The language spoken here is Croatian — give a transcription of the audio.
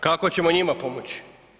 Kako ćemo njima pomoći?